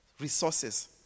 Resources